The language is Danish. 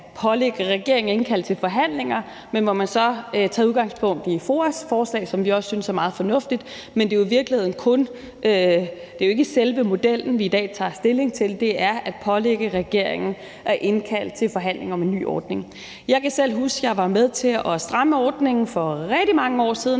pålægge regeringen at indkalde til forhandlinger, men hvor man så tager udgangspunkt i FOA's forslag, som vi også synes er meget fornuftigt. Men det er ikke selve modellen, vi i dag skal tage stilling til. Det handler om at pålægge regeringen af indkalde til forhandlinger om en ny ordning. Jeg kan huske, at jeg selv var med til at stramme ordningen for rigtig mange år siden.